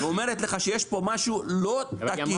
היא אומרת לך שיש פה משהו לא תקין --- היא